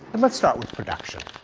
and let's start with production.